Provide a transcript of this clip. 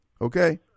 okay